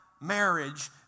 marriage